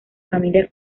familia